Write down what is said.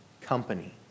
company